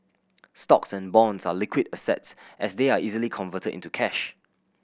stocks and bonds are liquid assets as they are easily converted into cash